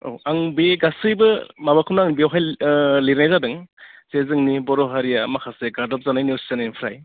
औ आं बे गासैबो माबाखौनो आं बेवहाय लिरनाय जादों जे जोंनि बर' हारिया माखासे गादब जानाय नेवसि जानायनिफ्राय